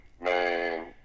man